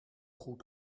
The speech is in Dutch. goed